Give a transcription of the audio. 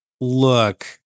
look